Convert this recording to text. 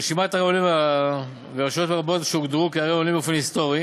רשויות רבות שהוגדרו כערי עולים באופן היסטורי